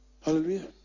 Hallelujah